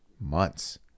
months